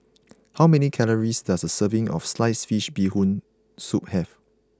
how many calories does a serving of Sliced Fish Bee Hoon Soup have